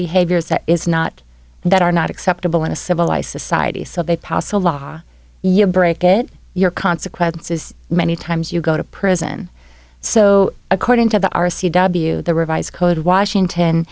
behaviors that is not that are not acceptable in a civilized society so they pass a law you break it you're consequences many times you go to prison so according to the r a c w there were code washington